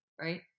right